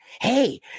Hey